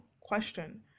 question